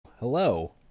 Hello